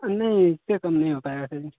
नहीं उससे कम नहीं हो पाएगा सर जी